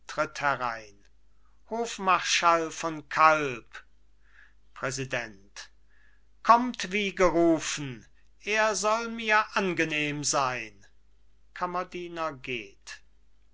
hofmarschall von kalb präsident kommt wie gerufen er soll mir angenehm sein kammerdiener geht